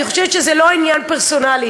אני חושבת שזה לא עניין פרסונלי,